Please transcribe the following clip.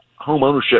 homeownership